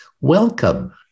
Welcome